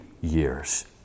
years